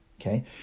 Okay